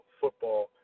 football